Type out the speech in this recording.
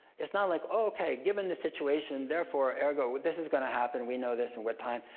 it's not like, oh, okay, given the situation, therefore, ergo, this is gonna happen, we know this and what time.